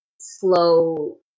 slow